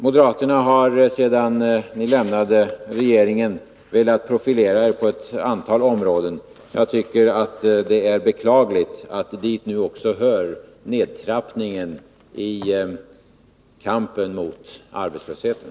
Moderaterna har sedan de lämnade regeringen velat profilera sig på ett antal områden. Jag tycker att det är beklagligt att dit nu också hör en nedtrappning av kampen mot arbetslösheten.